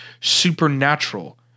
supernatural